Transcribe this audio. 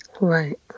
Right